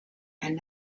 and